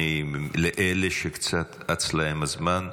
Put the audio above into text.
לאלה שקצת אץ להם הזמן,